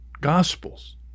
Gospels